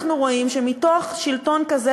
אנחנו רואים שמתוך שלטון כזה,